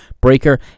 Breaker